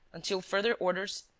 until further orders,